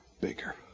bigger